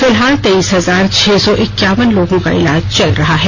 फिलहाल तेइस हजार छह सौ इक्यावन लोगों का इलाज चल रहा है